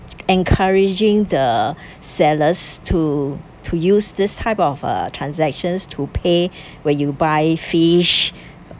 encouraging the sellers to to use this type of uh transactions to pay when you buy fish